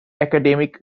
academic